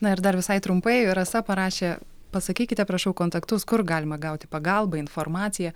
na ir dar visai trumpai rasa parašė pasakykite prašau kontaktus kur galima gauti pagalbą informaciją